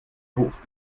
hof